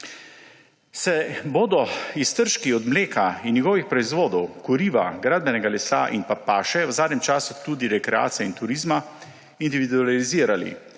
»Se bodo iztržki od mleka in njegovih proizvodov, kuriva, gradbenega lesa in paše, v zadnjem času tudi rekreacije in turizma individualizirali?